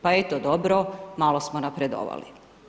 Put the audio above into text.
Pa eto, dobro malo smo napredovali.